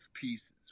pieces